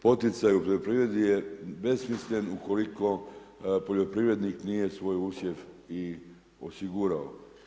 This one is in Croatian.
Poticaj u poljoprivredi je besmislen ukoliko poljoprivrednik nije svoj usjev i osigurao.